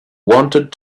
wanted